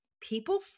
people